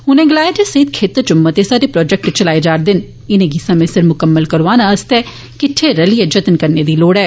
उनें गलाया जे सेहत क्षेत्र च मते सारे प्रोजैक्ट चलाए जा रदे न इनेंगी समें सिर मुकम्मल करोआने आस्तै किट्ठे रलियै जत्न करने दी लोड़ ऐ